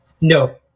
No